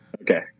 Okay